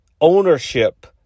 ownership